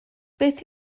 beth